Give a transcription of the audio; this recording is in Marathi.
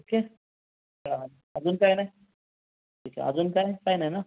ओके अजून काही नाही ठीक आहे अजून काय काही नाही ना